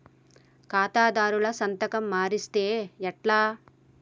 ఖాతాదారుల సంతకం మరిస్తే ఎట్లా?